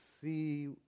see